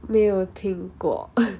没有听过